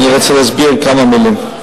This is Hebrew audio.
ואני רוצה להסביר בכמה מלים.